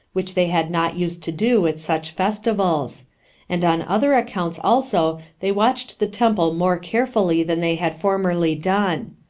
which they had not used to do at such festivals and on other accounts also they watched the temple more carefully than they had formerly done.